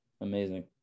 Amazing